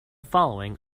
following